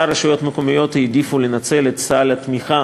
שאר הרשויות המקומיות העדיפו לנצל את סל התמיכה